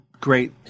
great